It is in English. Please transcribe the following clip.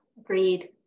agreed